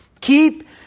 Keep